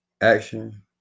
action